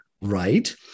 right